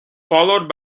followed